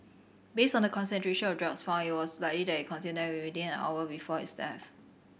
based on the concentration of drugs found it was likely that consumed them within an hour before his death